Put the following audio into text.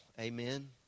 amen